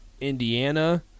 Indiana